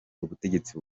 ubutegetsi